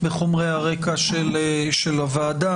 בחומרי הרקע של הוועדה.